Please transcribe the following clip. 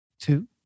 two